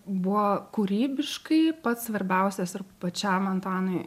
buvo kūrybiškai pats svarbiausias ir pačiam antanui